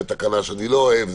זו תקנה שאני לא אוהב,